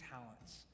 talents